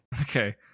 Okay